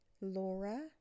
Laura